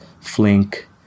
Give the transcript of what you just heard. Flink